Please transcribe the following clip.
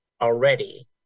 already